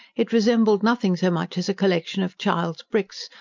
it resembled nothing so much as a collection of child's bricks,